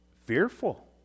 fearful